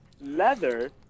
leather